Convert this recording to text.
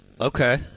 Okay